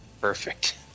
Perfect